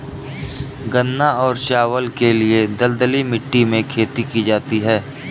गन्ना एवं चावल के लिए दलदली मिट्टी में खेती की जाती है